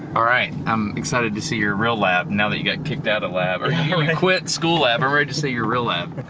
alright. i'm excited to see your real lab now that you got kicked out of lab or quit school lab, i'm ready to see your real lab.